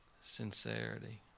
Sincerity